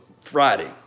Friday